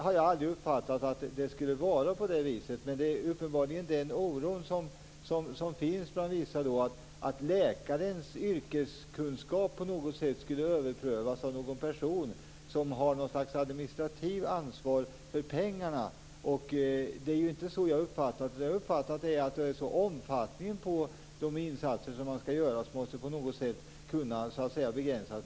Jag har aldrig uppfattat att det skulle vara på det viset, men det är uppenbarligen den oron som finns bland vissa; att läkarnas yrkeskunskap på något sätt skulle överprövas av en person med något slags administrativt ansvar för pengarna. Det är inte så jag har uppfattat det. Jag har uppfattat det så att det är omfattningen av de insatser som man skall göra som på något sätt måste kunna begränsas.